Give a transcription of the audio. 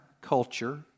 culture